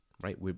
right